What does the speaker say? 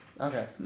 Okay